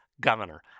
governor